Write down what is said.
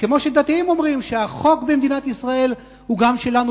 כמו שדתיים אומרים: החוק במדינת ישראל הוא גם שלנו,